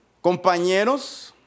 compañeros